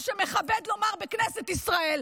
מה שמכובד לומר בכנסת ישראל,